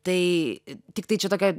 tai tiktai čia tokia